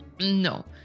No